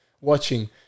watching